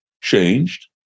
changed